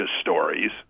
stories